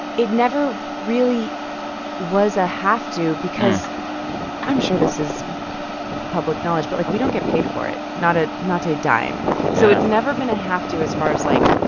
it never really was a have to because i'm sure this is public knowledge, but, like, we don't get paid for it. not ah not a dime. so it's never been a have to as far as, like,